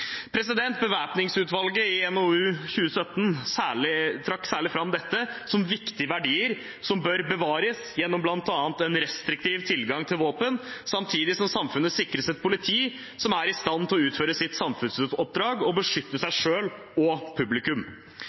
I NOU 2017:9 trakk bevæpningsutvalget dette særlig fram som viktige verdier som bør bevares gjennom bl.a. en restriktiv tilgang til våpen, samtidig som samfunnet sikres et politi som er i stand til å utføre sitt samfunnsoppdrag og beskytte seg selv og publikum.